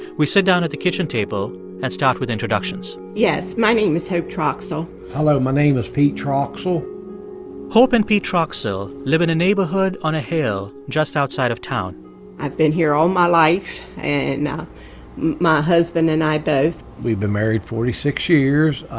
we sit down at the kitchen table and start with introductions yes, my name is hope troxell hello, my name is pete troxell hope and pete troxell live in a neighborhood on a hill just outside of town i've been here all my life and my husband and i both we've been married forty six years,